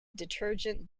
detergent